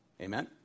amen